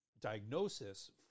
diagnosis